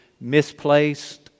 misplaced